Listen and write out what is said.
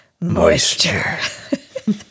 Moisture